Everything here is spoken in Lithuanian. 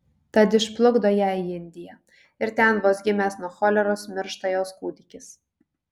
tad išplukdo ją į indiją ir ten vos gimęs nuo choleros miršta jos kūdikis